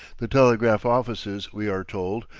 the telegraph offices, we are told,